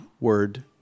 Word